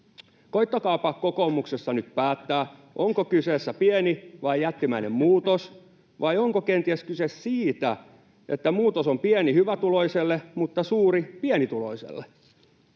Koettakaapa kokoomuksessa nyt päättää, onko kyseessä pieni vai jättimäinen muutos vai onko kenties kyse siitä, että muutos on pieni hyvätuloiselle mutta suuri pienituloiselle.